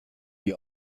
die